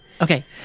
Okay